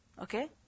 Okay